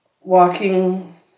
walking